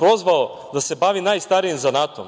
prozvao da se bavi najstarijim zanatom,